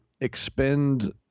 expend